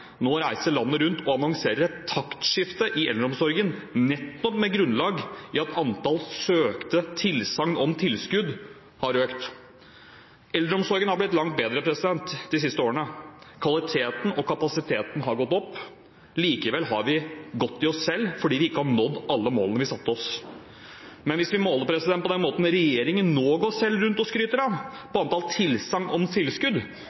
nå reiser landet rundt og annonserer et taktskifte i eldreomsorgen, nettopp med grunnlag i at antallet søkte tilsagn om tilskudd har økt. Eldreomsorgen har blitt langt bedre de siste årene. Kvaliteten og kapasiteten har gått opp. Likevel har vi gått i oss selv fordi vi ikke har nådd alle målene vi satte oss. Men hvis vi måler på den måten som regjeringen selv nå går rundt og skryter av, basert på antallet tilsagn på tilskudd,